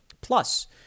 Plus